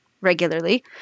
regularly